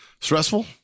stressful